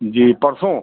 जी परसों